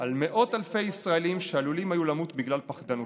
על מאות אלפי ישראלים שעלולים היו למות בגלל פחדנותי".